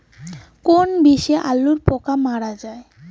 কোন বিষে আলুর পোকা মারা যায়?